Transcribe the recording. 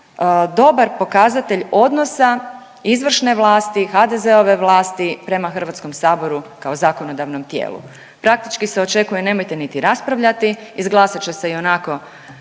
dobar pokazatelj odnosa izvršne vlasti, HDZ-ove vlasti prema HS-u kao zakonodavnom tijelu. Praktički se očekuje, nemojte niti raspravljati, izglasat će se ionako